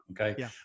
Okay